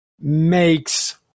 makes